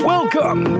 Welcome